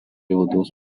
odos